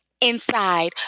inside